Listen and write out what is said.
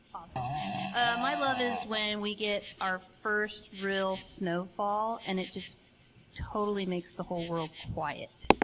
um ah my love is when we get our first real snowfall and it just totally makes the whole world quiet.